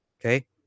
Okay